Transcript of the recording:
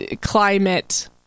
climate